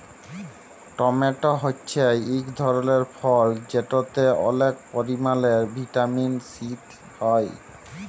tomato হছে ইক ধরলের ফল যেটতে অলেক পরিমালে ভিটামিল সি হ্যয়